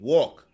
Walk